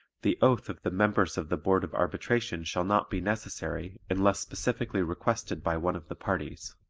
the oath of the members of the board of arbitration shall not be necessary unless specifically requested by one of the parties.